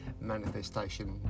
manifestation